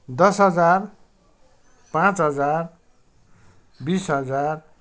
दस हजार पाँच हजार बिस हजार